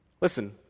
Listen